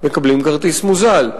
מקבלים כרטיס מוזל.